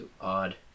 odd